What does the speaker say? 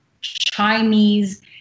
Chinese